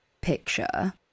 picture